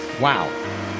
wow